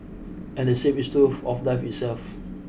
and the same is true of life itself